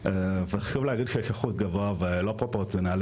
וחשוב להגיש יש אחוז גבוה ולא פרופורציונלי